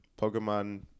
Pokemon